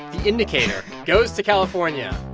the indicator goes to california.